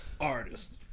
artist